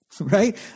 Right